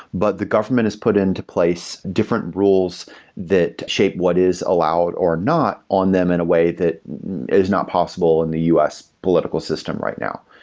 but the government is put into place different rules that shape what is allowed or not on them, in a way that is not possible in the us political system right now.